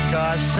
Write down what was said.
Cause